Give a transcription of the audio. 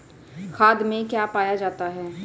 खाद में क्या पाया जाता है?